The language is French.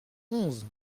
onze